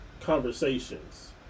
conversations